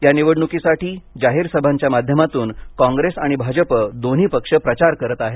या निवडणुकीसाठी जाहीर सभांच्या माध्यमातून काँग्रेस आणि भाजप दोन्ही पक्ष प्रचार करत आहेत